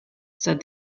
said